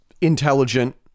intelligent